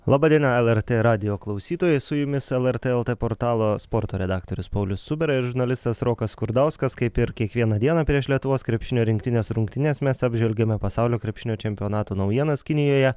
laba diena lrt radijo klausytojai su jumis lrt lt portalo sporto redaktorius paulius cubera ir žurnalistas rokas skurdauskas kaip ir kiekvieną dieną prieš lietuvos krepšinio rinktinės rungtynes mes apžvelgiame pasaulio krepšinio čempionato naujienas kinijoje